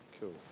Cool